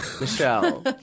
Michelle